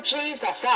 Jesus